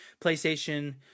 PlayStation